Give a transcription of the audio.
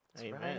Amen